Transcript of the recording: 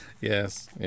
Yes